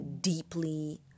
deeply